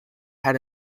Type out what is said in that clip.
had